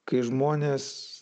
kai žmonės